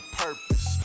purpose